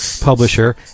publisher